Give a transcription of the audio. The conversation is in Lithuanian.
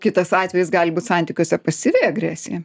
kitas atvejis gali būt santykiuose pasyvi agresija